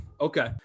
okay